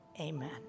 Amen